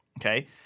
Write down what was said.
okay